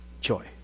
joy